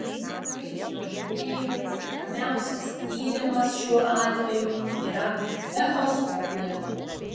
kaip jau minėjau tinkamiausias tyrimas šiuo atveju yra echoskopija